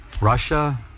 Russia